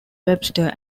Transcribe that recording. webster